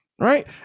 Right